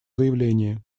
заявлении